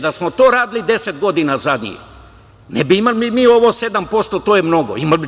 Da smo to radili deset godina zadnjih, ne bi imali mi ovo – 7%, to je mnogo, imali bi 14%